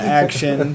action